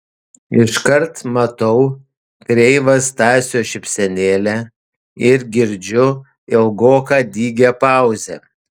iškart matau kreivą stasio šypsenėlę ir girdžiu ilgoką dygią pauzę